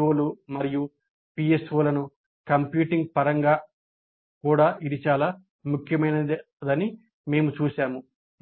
పిఒలు మరియు పిఎస్ఓలను కంప్యూటింగ్ పరంగా కూడా ఇది చాలా ముఖ్యమైనదని మేము చూశాము